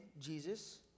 Jesus